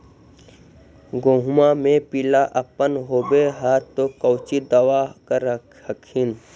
गोहुमा मे पिला अपन होबै ह तो कौची दबा कर हखिन?